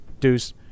Deuce